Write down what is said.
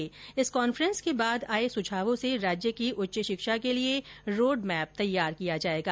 इस video conference के बाद आये सुझावों से राज्य की उच्च शिक्षा के लिए रोड मैप तैयार किया जायेगा